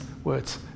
words